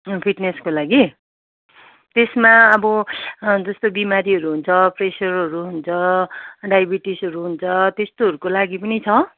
फिट्नेसको लागि त्यसमा अब जस्तो बिमारीहरू हुन्छ प्रेसरहरू हुन्छ डाइबिटिसहरू हुन्छ त्यस्तोहरूको लागि पनि छ